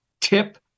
tip